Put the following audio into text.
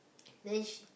then she